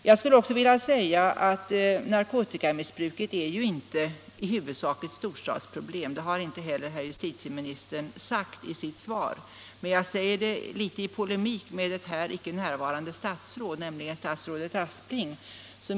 Jag vill också säga att narkotikamissbruket inte i huvudsak är ett storstadsproblem — det har justitieministern inte heller sagt i sitt svar — jag säger det i någon mån i polemik mot ett här icke närvarande statsråd, nämligen socialminister Aspling.